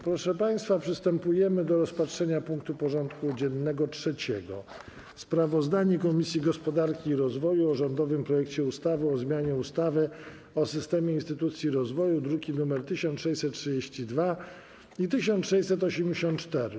Przystępujemy do rozpatrzenia punktu 3. porządku dziennego: Sprawozdanie Komisji Gospodarki i Rozwoju o rządowym projekcie ustawy o zmianie ustawy o systemie instytucji rozwoju (druki nr 1632 i 1684)